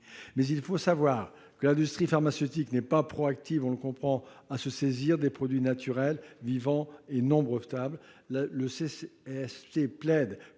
Or il faut savoir que l'industrie pharmaceutique n'est pas proactive à se saisir des produits naturels, vivants et non brevetables. Le CSST plaide